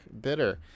bitter